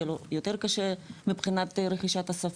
יהיה לו יותר קשה מבחינת רכישת השפה,